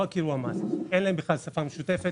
לא רק אירוע מס אין להם שפה משותפת,